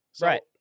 Right